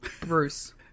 Bruce